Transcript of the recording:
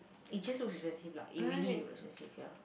it just looks expensive lah it really looks expensive ya